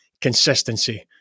consistency